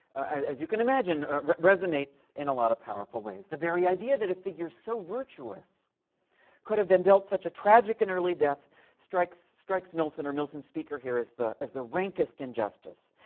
as as you can imagine, resonates in a lot of powerful ways. the very idea that a figure so virtuous could have been dealt such a tragic and early death strikes strikes milton, or milton's speaker here, as the as the rankest injustice.